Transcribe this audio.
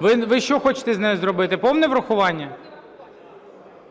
Ви що хочете з нею зробити – повне врахування?